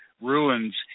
ruins